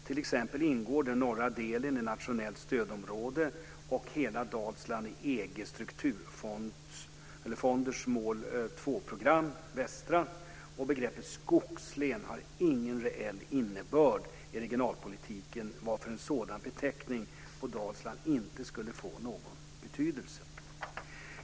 T.ex. ingår den norra delen i nationellt stödområde och hela Dalsland i EG:s strukturfonders mål 2 program Västra. Begreppet "skogslän" har ingen reell innebörd i regionalpolitiken, varför en sådan beteckning på Dalsland inte skulle få någon betydelse.